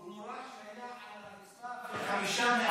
הוא נורה כשהוא היה על הרצפה על ידי חמישה מאבטחים.